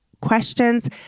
questions